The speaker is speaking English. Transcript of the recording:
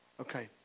Okay